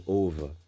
over